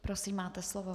Prosím, máte slovo.